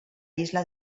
isla